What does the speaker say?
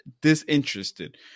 disinterested